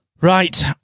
Right